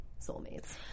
soulmates